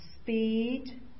speed